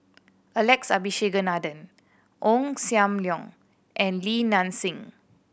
Alex Abisheganaden Ong Sam Leong and Li Nanxing